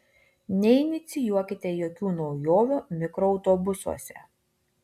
neinicijuokite jokių naujovių mikroautobusuose